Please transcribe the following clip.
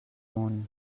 món